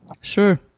Sure